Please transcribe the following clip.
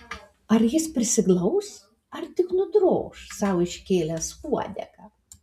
ar jis prisiglaus ar tik nudroš sau iškėlęs uodegą